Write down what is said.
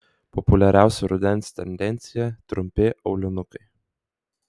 populiariausia rudens tendencija trumpi aulinukai